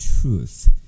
truth